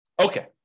Okay